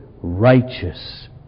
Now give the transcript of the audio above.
righteous